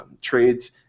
trades